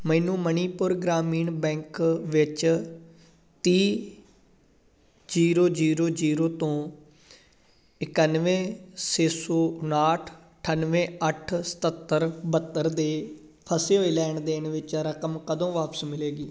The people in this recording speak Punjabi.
ਮੈਨੂੰ ਮਨੀਪੁਰ ਗ੍ਰਾਮੀਣ ਬੈਂਕ ਵਿੱਚ ਤੀਹ ਜ਼ੀਰੋ ਜ਼ੀਰੋ ਜ਼ੀਰੋ ਤੋਂ ਇਕਾਨਵੇਂ ਛੇ ਸੌ ਉਣਾਹਠ ਅਠਾਨਵੇਂ ਅੱਠ ਸਤੱਤਰ ਬਹੱਤਰ ਦੇ ਫਸੇ ਹੋਏ ਲੈਣ ਦੇਣ ਵਿੱਚ ਰਕਮ ਕਦੋਂ ਵਾਪਿਸ ਮਿਲੇਗੀ